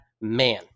man